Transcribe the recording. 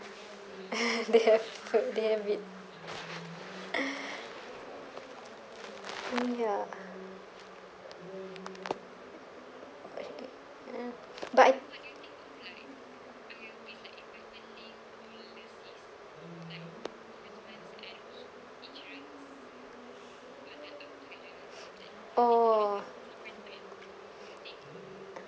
they have they have it mm ya but I oh